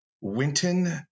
Winton